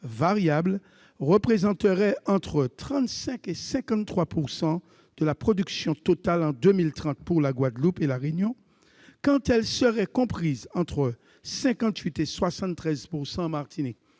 variables représenterait entre 35 % et 53 % de la production totale en 2030 pour la Guadeloupe et La Réunion, quand elle serait comprise entre 58 % et 73 % en Martinique.